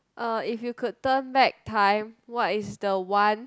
uh if you could turn back time what is the one